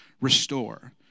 Restore